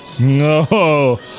No